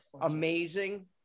amazing